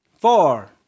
four